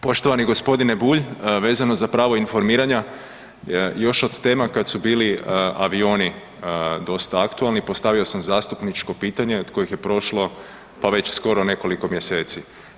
Poštovani g. Bulj, vezano za pravo informiranja, još od tema kad su bili avioni dosta aktualnim, postavio sam zastupničko pitanje od kojih je prošlo pa već skoro nekoliko mjeseci.